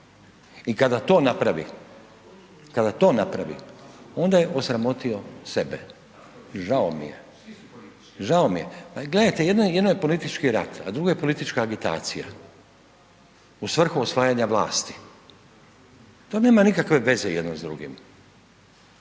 I kada to napravi, kada to napravi ona je osramotio sebe, žao mi je, žao mi je. Gledajte jedno je politički rat, a drugo je politička agitacija u svrhu osvajanja vlasti, to nema nikakve veze jedno s drugim.